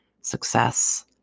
success